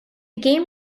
game